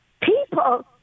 people